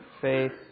faith